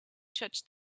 touch